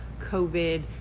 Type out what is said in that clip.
COVID